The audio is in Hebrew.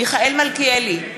מיכאל מלכיאלי,